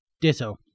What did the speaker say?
Ditto